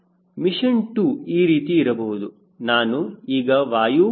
mission 2 ಈ ರೀತಿ ಇರಬಹುದು ನಾನು ಈಗ ವಾಯು ಶ್ರೇಷ್ಠತೆಯ ಹತ್ತಿರ ಹೋಗುತ್ತಿದ್ದೇನೆ